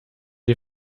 die